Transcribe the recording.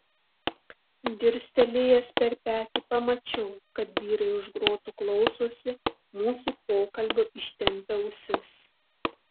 dirstelėjęs per petį pamačiau kad vyrai už grotų klausosi mūsų pokalbio ištempę ausis